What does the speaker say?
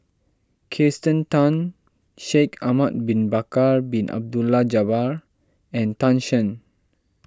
Kirsten Tan Shaikh Ahmad Bin Bakar Bin Abdullah Jabbar and Tan Shen